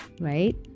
right